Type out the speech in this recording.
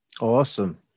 awesome